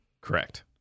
Correct